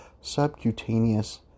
subcutaneous